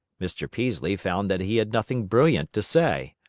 mr. peaslee found that he had nothing brilliant to say.